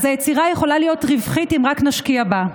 אז היצירה יכולה להיות רווחית אם רק אם נשקיע בה,